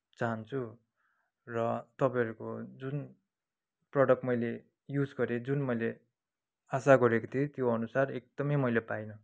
चाहन्छु र तपाईँहरूको जुन प्रडक्ट मैले युज गरेँ जुन मैले आशा गरेको थिएँ त्यो अनुसार एकदमै मैले पाइन